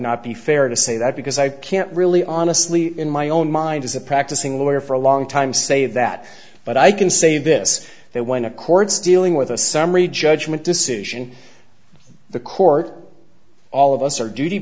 not be fair to say that because i can't really honestly in my own mind as a practicing lawyer for a long time say that but i can say this that when a court's dealing with a summary judgment decision the court all of us are duty